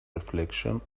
reflection